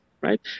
Right